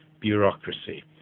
bureaucracy